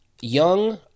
young